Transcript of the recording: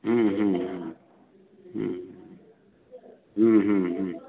हूँ हूँ हूँ हूँ हूँ हूँ हूँ